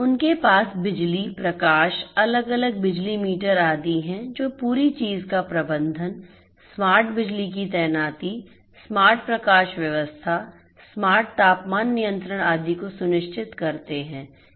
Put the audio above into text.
उनके पास बिजली प्रकाश अलग अलग बिजली मीटर आदि हैं जो पूरी चीज़ का प्रबंधन स्मार्ट बिजली की तैनाती स्मार्ट प्रकाश व्यवस्था स्मार्ट तापमान नियंत्रण आदि को सुनिश्चित करते हैं